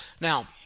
Now